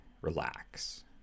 relax